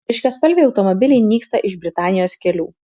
ryškiaspalviai automobiliai nyksta iš britanijos kelių